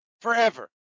forever